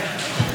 בבקשה.